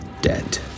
dead